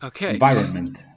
environment